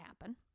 happen